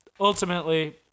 ultimately